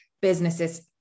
businesses